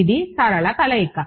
ఇది సరళ కలయిక